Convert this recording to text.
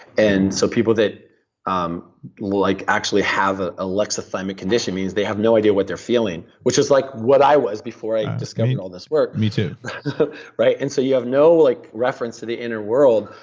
and so people that um like actually have ah alexithymic condition means they have no idea what they're feeling, which is like what i was before i discovered all this work me, too right? and so you have no like reference to the inner world,